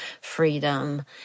freedom